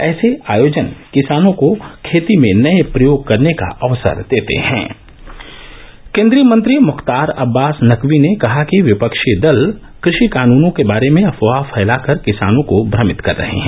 ऐसे आयोजन किसानों को खेती में नये प्रयोग करने का अवसर देते है केंद्रीय मंत्री मुख्तार अब्बास नकवी ने कहा कि विपक्षी दल कृषि कानूनों के बारे में अफवाह फैलाकर किसानों को भ्रमित कर रहे हैं